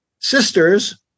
sisters